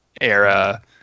era